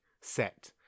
set